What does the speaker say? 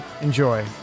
Enjoy